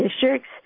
districts